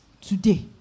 today